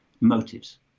motives